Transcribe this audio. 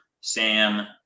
Sam